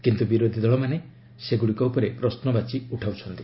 କିନ୍ତୁ ବିରୋଧୀଦଳମାନେ ସେଗୁଡ଼ିକ ଉପରେ ପ୍ରଶ୍ମବାଚୀ ଉଠାଉଛନ୍ତି